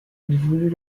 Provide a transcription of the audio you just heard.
voulut